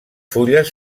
fulles